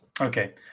okay